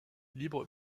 libre